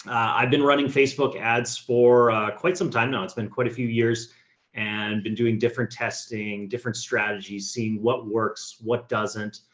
i've been running facebook ads for quite some time. now it's been quite a few years and been doing different testing, different strategies, seeing what works, what doesn't.